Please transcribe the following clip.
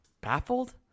baffled